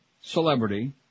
celebrity